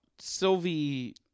Sylvie